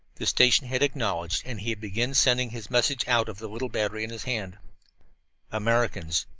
the station had acknowledged, and he began sending his message out of the little battery in his hand americans.